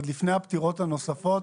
עוד לפני הפטירות הנוספות,